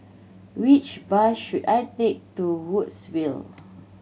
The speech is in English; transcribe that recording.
which bus should I take to Woodsville